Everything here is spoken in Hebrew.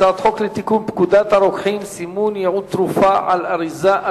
הצעת חוק לתיקון פקודת הרוקחים (סימון ייעוד תרופה על האריזה),